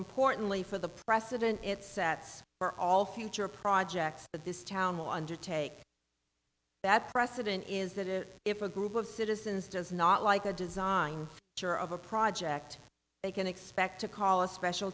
importantly for the precedent it sets for all future projects that this town will undertake that precedent is that is if a group of citizens does not like a design or of a project they can expect to call a special